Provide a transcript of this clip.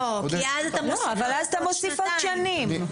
אז אתה מוסיף עוד שנים.